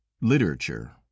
literature